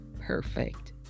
perfect